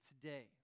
today